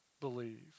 believe